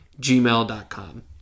gmail.com